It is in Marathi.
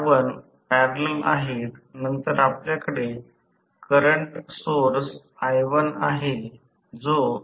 आम्हे दुसर्या किंवा तिसर्या वर्षासाठी मशीन कोर्स मध्ये शिकू आणि ब्रेकिंग पद्धत जेव्हा एकापेक्षा जास्त स्लिप असतो